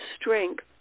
strength